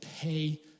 pay